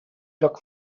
lloc